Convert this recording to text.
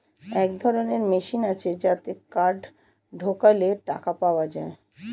এক ধরনের মেশিন আছে যাতে কার্ড ঢোকালে টাকা পাওয়া যায়